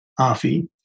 AFI